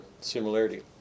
similarity